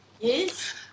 Yes